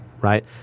right